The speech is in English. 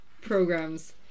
programs